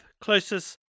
closest